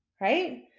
right